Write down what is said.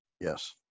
yes